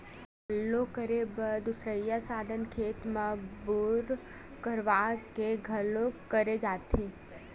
पल्लो करे बर दुसरइया साधन खेत म बोर करवा के घलोक करे जाथे